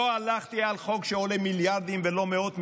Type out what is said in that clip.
לא הלכתי על חוק שעולה מיליארדים ולא מאות מיליונים,